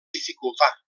dificultar